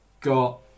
got